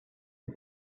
the